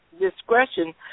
discretion